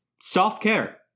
self-care